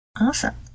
Awesome